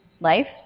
life